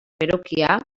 berokia